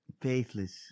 Faithless